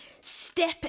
step